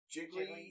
Jiggly